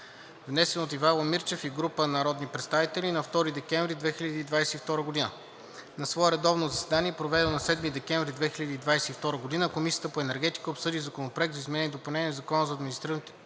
внесен от Ивайло Мирчев и група народни представители на 2 декември 2022 г. На свое редовно заседание, проведено на 7 декември 2022 г., Комисията по енергетика обсъди Законопроект за изменение и допълнение на Закона за административното